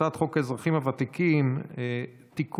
הצעת חוק האזרחים הוותיקים (תיקון,